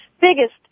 biggest